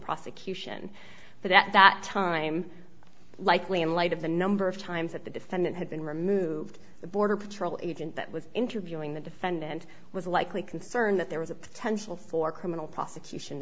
prosecution but at that time likely in light of the number of times that the defendant had been removed the border patrol agent that was interviewing the defendant was likely concerned that there was a potential for criminal p